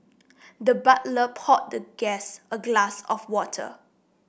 the butler poured the guest a glass of water